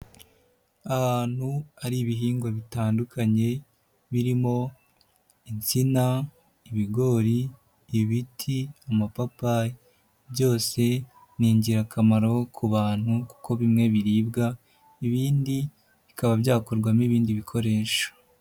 Ahantu hari ibihingwa bitandukanye birimo insina, ibigori, ibiti, amapapayi, byose ni ingirakamaro ku bantu kuko bimwe biribwa ibindi bikaba byakorwamo ibindi bikoresho.